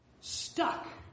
stuck